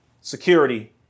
security